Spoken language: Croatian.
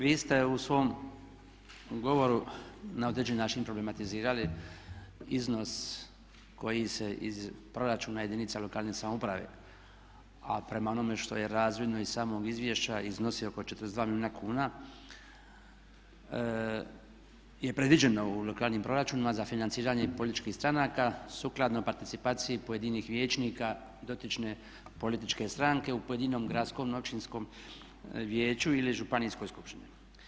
Vi ste u svom govoru na određeni način problematizirali iznos koji se iz proračuna jedinica lokalne samouprave, a prema onome što je razvidno iz samog izvješća iznosi oko 42 milijuna kuna je predviđeno u lokalnim proračunima za financiranje političkih stranaka sukladno participaciji pojedinih vijećnika dotične političke stranke u pojedinom gradskom i općinskom vijeću ili županijskoj skupštini.